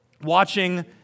Watching